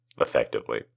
effectively